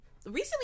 recently